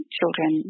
children